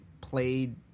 played